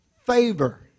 favor